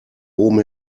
oben